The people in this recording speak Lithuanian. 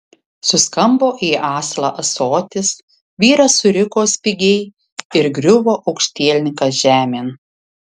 suskambo į aslą ąsotis vyras suriko spigiai ir griuvo aukštielninkas žemėn